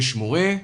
יש מורה,